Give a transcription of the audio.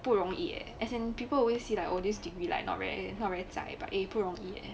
不容易 eh as in people always say like oh this degree like not very not really zai eh 不容易 leh